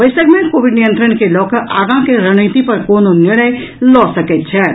बैसक मे कोविड नियंत्रण के लऽ कऽ आगॉ के रणनीति पर कोनो निर्णय लऽ सकैत छथि